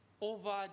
over